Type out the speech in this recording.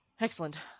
Excellent